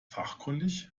fachkundig